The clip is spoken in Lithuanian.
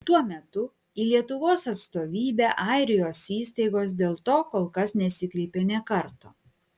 tuo metu į lietuvos atstovybę airijos įstaigos dėl to kol kas nesikreipė nė karto